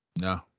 No